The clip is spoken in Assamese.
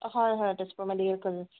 হয় হয় তেজপুৰ মেডিকেল কলেজ